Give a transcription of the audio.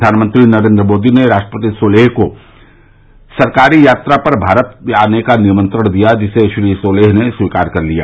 प्रघानमंत्री मोदी ने राष्ट्रपति सोलेह को सरकारी यात्रा पर भारत आने का निमंत्रण दिया जिसे श्री सोलेह ने स्वीकार कर लिया